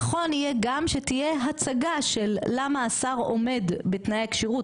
נכון יהיה גם שתהיה הצגה של למה השר עומד בתנאי הכשירות,